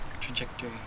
trajectory